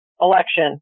election